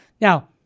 Now